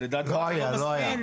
ולדעתך הוא לא מספיק --- לא היה.